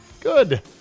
Good